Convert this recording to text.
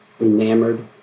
enamored